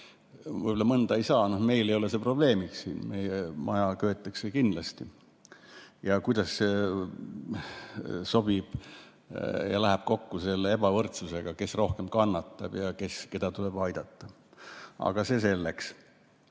võib-olla mõned ei saa. Meil ei ole see probleemiks, meie maja köetakse kindlasti. Kuidas see sobib ja läheb kokku ebavõrdsusega, kes rohkem kannatab ja keda tuleb aidata? Aga see selleks.